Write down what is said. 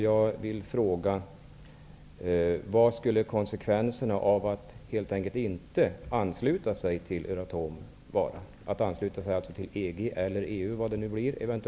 Jag vill fråga: Vilka skulle konsekvenserna bli av att helt enkelt inte ansluta sig till Euratom, utan bara till EG eller EU?